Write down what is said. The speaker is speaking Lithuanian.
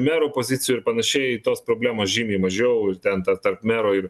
merų pozicijų ir panašiai tos problemos žymiai mažiau ten ta tarp mero ir